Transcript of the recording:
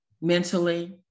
mentally